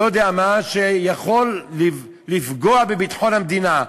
לא יודע מה, שיכול לפגוע בביטחון המדינה.